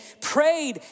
prayed